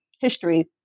history